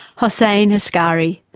hossein askari,